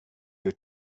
your